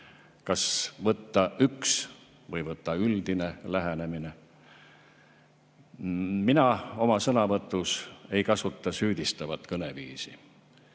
Kas võtta üks või võtta üldine lähenemine? Mina oma sõnavõtus ei kasuta süüdistavat kõneviisi,